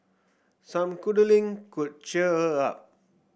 some cuddling could cheer her up